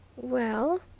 well,